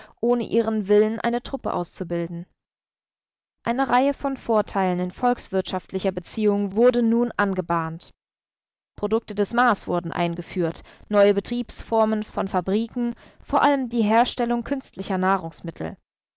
ohne ihren willen eine truppe auszubilden eine reihe von vorteilen in volkswirtschaftlicher beziehung wurde nun angebahnt produkte des mars wurden eingeführt neue betriebsformen von fabriken vor allem die herstellung künstlicher